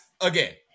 again